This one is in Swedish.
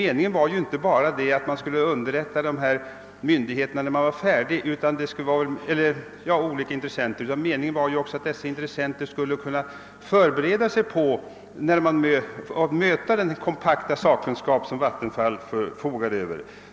Meningen var väl inte att man skulle underrätta olika intressenter när man var färdig, utan meningen var att dessa intressenter skulle kunna förbereda sig på att möta den kompakta sakkunskap som kraftföretagen förfogar över.